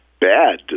bad